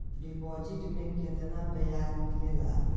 Deposit मे केतना बयाज मिलेला?